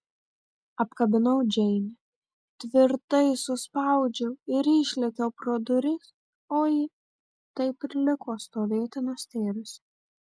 apkabinau džeinę tvirtai suspaudžiau ir išlėkiau pro duris o ji taip ir liko stovėti nustėrusi